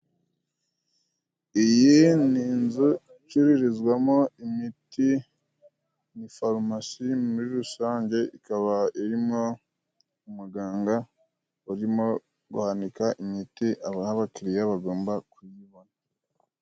Iyi ni inzu icururizwamo imiti, ni forumasi. Muri rusange, ikaba irimo umuganga urimo guhanika imiti abaha abakiriya bagomba kuyibona.